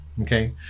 Okay